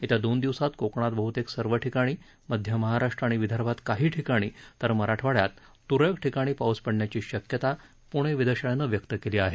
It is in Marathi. येत्या दोन दिवसात कोकणात बह्तेक सर्व ठिकाणी मध्य महाराष्ट्र आणि विदर्भात काही ठिकाणी तर मराठवाड्यात तुरळक ठिकाणी पाऊस पडण्याची शक्यता पुणे वेधशाळेने व्यक्त केली आहे